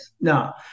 No